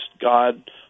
God